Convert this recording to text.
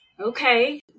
Okay